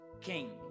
king